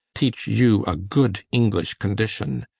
teach you a good english condition,